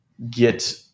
get